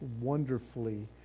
wonderfully